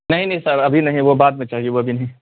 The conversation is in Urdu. نہیں نہیں سر ابھی نہیں وہ بعد میں چاہیے وہ ابھی نہیں